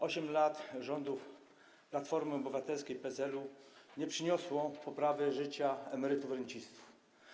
8 lat rządów Platformy Obywatelskiej i PSL-u nie przyniosło poprawy życia emerytów i rencistów.